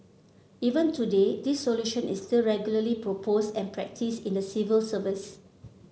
even today this solution is still regularly proposed and practised in the civil service